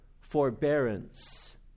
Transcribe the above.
forbearance